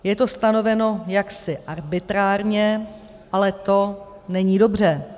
Je to stanoveno jaksi arbitrárně, ale to není dobře.